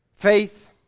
Faith